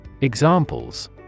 Examples